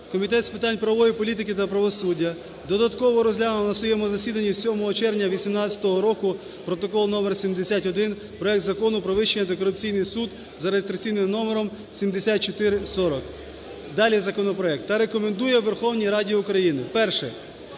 Комітет з питань правової політики та правосуддя додатково розглянув на своєму засіданні 7 червня 18 року протокол номер 71: проект Закону про Вищий антикорупційний суд за реєстраційним номером 7440 (далі – законопроект) та рекомендує Верховній Раді України: Перше.